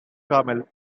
carmel